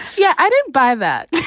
yeah, i didn't buy that.